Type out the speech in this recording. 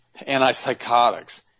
antipsychotics